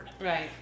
Right